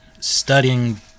studying